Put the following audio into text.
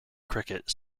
cricket